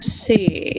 see